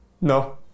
No